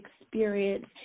experience